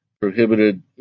prohibited